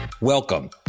Welcome